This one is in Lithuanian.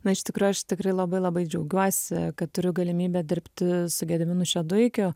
na iš tikrųjų aš tikrai labai labai džiaugiuosi kad turiu galimybę dirbti su gediminu šeduikiu